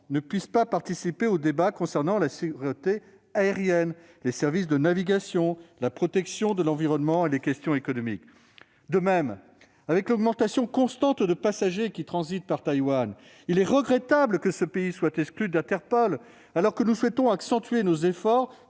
ne puisse pas participer aux débats concernant la sûreté aérienne, les services de navigation, la protection de l'environnement et les questions économiques. De même, avec l'augmentation constante des passagers qui transitent par Taïwan, il est regrettable que ce pays soit exclu d'Interpol, alors que nous souhaitons accentuer nos efforts